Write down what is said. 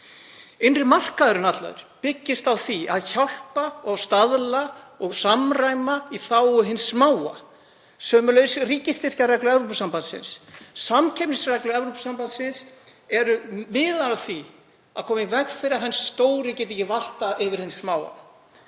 Innri markaðurinn allur byggist á því að hjálpa og staðla og samræma í þágu hins smáa. Sömuleiðis ríkisstyrkjareglur Evrópusambandsins. Samkeppnisreglur Evrópusambandsins eru miðaðar að því að koma í veg fyrir að hinn stóri geti valtað yfir hinn smáa.